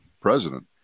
president